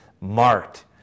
marked